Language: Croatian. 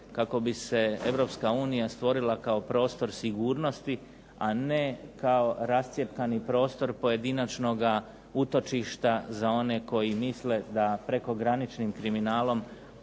kako bi se Europska unija stvorila kao prostor sigurnosti, a ne kao rascjepkani prostor pojedinačnoga utočišta za one koji misle da prekograničnim kriminalom